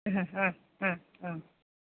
പിന്നെ ആ ആ ആ